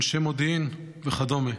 אנשי מודיעין וכדומה,